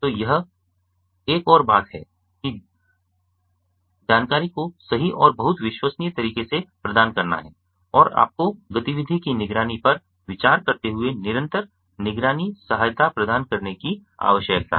तो एक और बात यह है कि जानकारी को सही और बहुत विश्वसनीय तरीके से प्रदान करना है और आपको गतिविधि की निगरानी पर विचार करते हुए निरंतर निगरानी सहायता प्रदान करने की आवश्यकता है